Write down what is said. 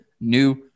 new